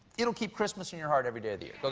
it will keep christmas in your heart every day of the but